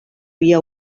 via